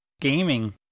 gaming